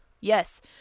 Yes